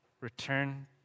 Return